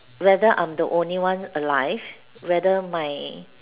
whether I'm the only one alive whether my